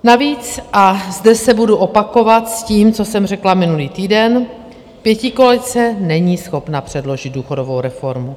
Navíc, a zde se budu opakovat s tím, co jsem řekla minulý týden, pětikoalice není schopna předložit důchodovou reformu.